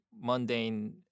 mundane